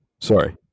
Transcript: Sorry